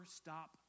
stop